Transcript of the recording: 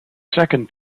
second